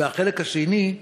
החלק השני,